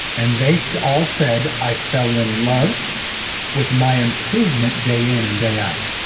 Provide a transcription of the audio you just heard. and they so all said, i fell in love with my improvement day in and day out.